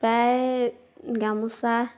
প্ৰায় গামোচা